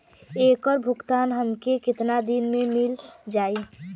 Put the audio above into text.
ऐकर भुगतान हमके कितना दिन में मील जाई?